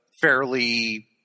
fairly